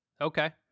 Okay